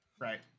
right